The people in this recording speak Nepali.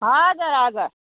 हजुर हजुर